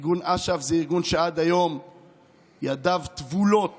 ארגון אש"ף זה ארגון שעד היום ידיו טבולות